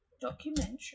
Documentary